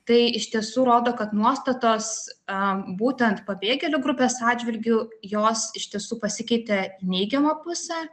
tai iš tiesų rodo kad nuostatos a būtent pabėgėlių grupės atžvilgiu jos iš tiesų pasikeitė į neigiamą pusę